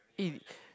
eh